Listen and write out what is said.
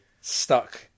stuck